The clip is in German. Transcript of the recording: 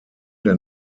der